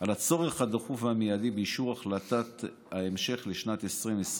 על הצורך הדחוף והמיידי באישור החלטת ההמשך לשנת 2020,